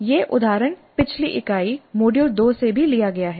यह उदाहरण पिछली इकाई मॉड्यूल 2 से भी लिया गया है